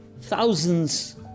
Thousands